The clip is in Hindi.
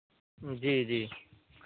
जी जी